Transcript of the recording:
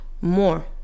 more